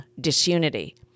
disunity